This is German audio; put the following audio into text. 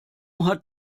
hat